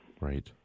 Right